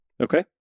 Okay